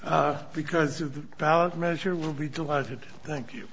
us because of the ballot measure will be delighted thank you